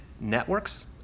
networks